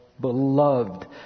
beloved